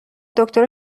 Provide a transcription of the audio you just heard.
دکتر